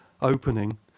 opening